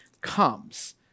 comes